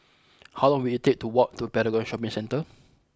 how long will it take to walk to Paragon Shopping Centre